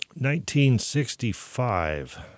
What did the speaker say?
1965